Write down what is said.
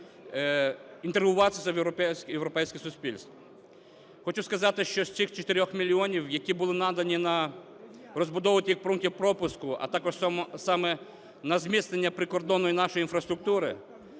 інтегруватися в європейське суспільство. Хочу сказати, що з цих 4 мільйонів, які були надані на розбудову тих пунктів пропуску, а також саме на зміцнення прикордонної нашої інфраструктури,